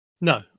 No